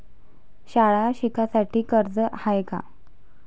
शाळा शिकासाठी कर्ज हाय का?